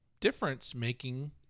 difference-making